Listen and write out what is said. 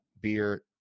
beer